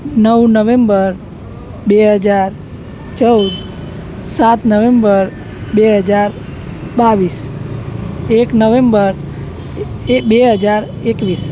નવ નવેમ્બર બે હજાર ચૌદ સાત નવેમ્બર બે હજાર બાવીસ એક નવેમ્બર બે હજાર એકવીસ